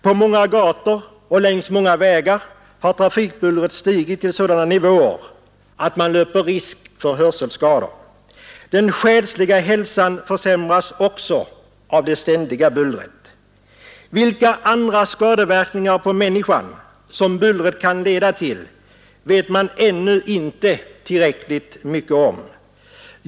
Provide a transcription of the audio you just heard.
På många gator och längs många vägar har trafikbullret stigit till sådana nivåer att man löper risk för hörselskador. Den själsliga hälsan försämras också av det ständiga bullret. Vilka andra skadeverkningar på människan, som bullret kan leda till, vet man ännu inte tillräckligt mycket om.